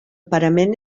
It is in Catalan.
parament